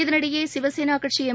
இதனிடையே சிவசேனா கட்சி எம்